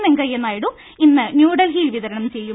വെങ്കയ്യ നായിഡു ഇന്ന് ന്യൂഡൽഹിയിൽ വിത രണം ചെയ്യും